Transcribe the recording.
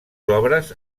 obres